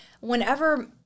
whenever